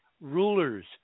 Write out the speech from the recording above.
rulers